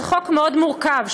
זה חוק מאוד מורכב,